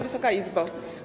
Wysoka Izbo!